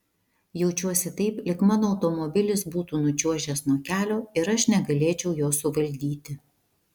jaučiuosi taip lyg mano automobilis būtų nučiuožęs nuo kelio ir aš negalėčiau jo suvaldyti